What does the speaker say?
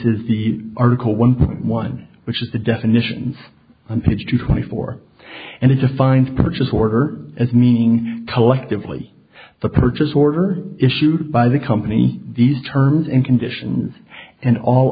is the article one one which is the definitions on page two twenty four and it defines purchase order as meaning collectively the purchase order issued by the company these terms and conditions and all